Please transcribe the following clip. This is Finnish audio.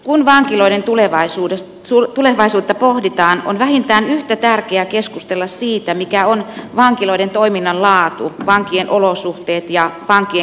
kun vankiloiden tulevaisuutta pohditaan on vähintään yhtä tärkeää keskustella siitä mikä on vankiloiden toiminnan laatu vankien olosuhteet ja vankien kuntoutumisen mahdollisuudet